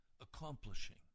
accomplishing